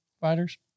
fighters